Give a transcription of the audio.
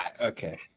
Okay